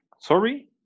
Sorry